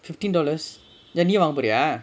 fifteen dollars !hey! நீயே வாங்க போரியா:neeyae vangga poriyaa